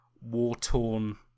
war-torn